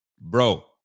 Bro